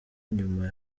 nyuma